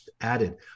added